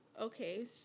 Okay